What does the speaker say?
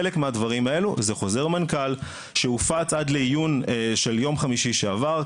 חלק מהדברים האלה זה חוזר מנכ"ל שהופץ לעיון עד יום חמישי שעבר,